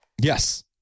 yes